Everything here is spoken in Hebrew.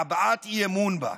בהבעת אי-אמון בה.